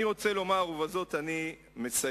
אני רוצה לומר, ובזאת אני מסיים.